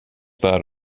that